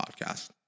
Podcast